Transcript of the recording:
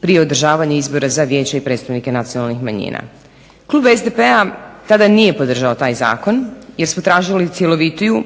prije održavanja izbora za vijeće i predstavnike nacionalnih manjina. Klub SDP-a tada nije podržao taj zakon jer su tražili cjelovitiju